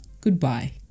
goodbye